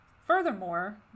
Furthermore